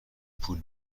پول